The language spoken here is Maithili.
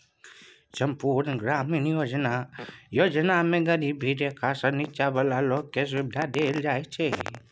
संपुर्ण ग्रामीण रोजगार योजना मे गरीबी रेखासँ नीच्चॉ बला लोक केँ सुबिधा देल जाइ छै